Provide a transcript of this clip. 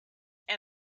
and